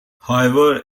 however